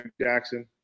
Jackson